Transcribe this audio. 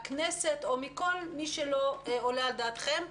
מהכנסת או מכל מי שעולה על דעתכם,